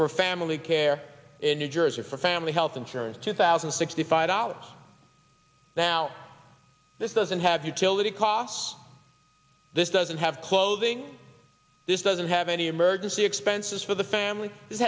for family care in new jersey for family health insurance two thousand sixty five dollars now this doesn't have utility costs this doesn't have clothing this doesn't have any emergency expenses for the family it